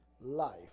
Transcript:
life